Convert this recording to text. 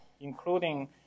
including